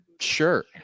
Sure